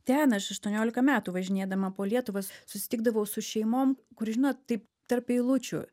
ten aš aštuoniolika metų važinėdama po lietuvą susitikdavau su šeimom kur žinot taip tarp eilučių